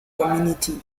community